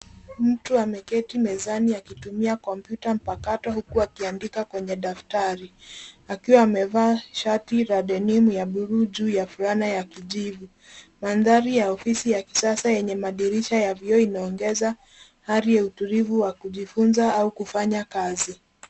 Mtu ameketi mezani akitumia kompyuta mpakato huku akiandika kwenye daftari akiwa amevaa shati la denim ya buluu juu ya fulana ya kijivu. Mandhari ya ofisi ya kisasa yenye madirisha ya vioo inaongeza hali ya utulivu wa kujifunza au kufanya kazi.